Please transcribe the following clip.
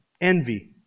envy